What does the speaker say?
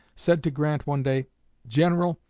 said to grant one day general,